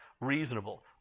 reasonable